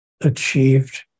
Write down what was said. achieved